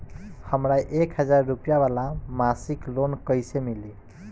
हमरा एक हज़ार रुपया वाला मासिक लोन कईसे मिली?